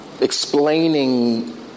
explaining